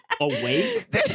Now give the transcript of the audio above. awake